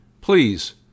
Please